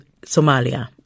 Somalia